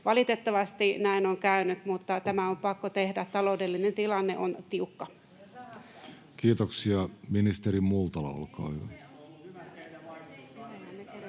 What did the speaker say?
Valitettavasti näin on käynyt, mutta tämä on pakko tehdä. Taloudellinen tilanne on tiukka. [Speech 122] Speaker: Jussi Halla-aho